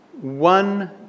One